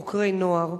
חוקרי נוער.